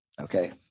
Okay